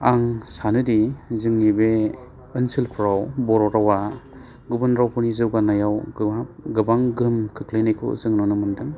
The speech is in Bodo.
आं सानोदि जोंनि बे ओनसोलफ्राव बर' रावा गुबुन रावफोरनि जौगानायाव गोबां गोबां गोहोम खोख्लैनायखौ जों नुनो मोन्दों